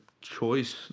choice